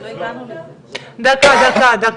תכנית כוללנית